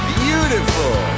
beautiful